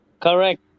correct